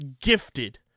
gifted